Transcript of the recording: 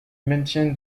maintien